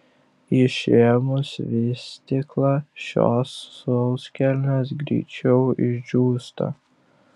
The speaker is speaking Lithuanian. išėmus vystyklą šios sauskelnės greičiau išdžiūsta